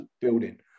building